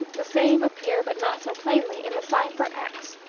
the same appear, but not so plainly, in the sign for x,